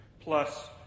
plus